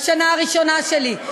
בשנה הראשונה שלי.